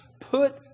put